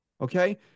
okay